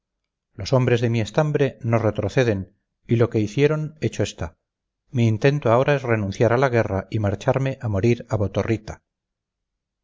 los hombres de mi estambre no retroceden y lo que hicieron hecho está mi intento ahora es renunciar a la guerra y marcharme a morir a